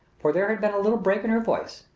for there had been a little break in her voice,